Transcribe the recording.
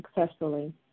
successfully